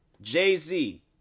Jay-Z